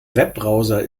webbrowser